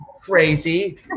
Crazy